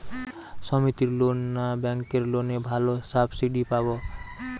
সমিতির লোন না ব্যাঙ্কের লোনে ভালো সাবসিডি পাব?